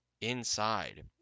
inside